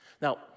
Now